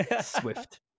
Swift